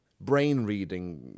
brain-reading